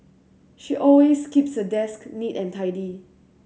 she always keeps her desk neat and tidy